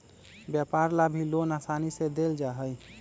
व्यापार ला भी लोन आसानी से देयल जा हई